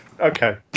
okay